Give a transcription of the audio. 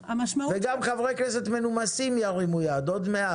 וגם חברי כנסת מנומסים ירימו יד.